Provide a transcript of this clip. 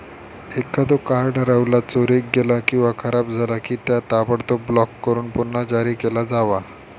एखादो कार्ड हरवला, चोरीक गेला किंवा खराब झाला की, त्या ताबडतोब ब्लॉक करून पुन्हा जारी केला जावा